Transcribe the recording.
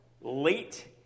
late